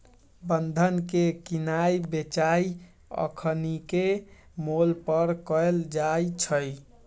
बन्धन के किनाइ बेचाई अखनीके मोल पर कएल जाइ छइ